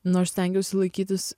nu aš stengiausi laikytis